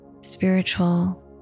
spiritual